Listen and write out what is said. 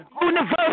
universe